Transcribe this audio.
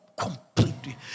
completely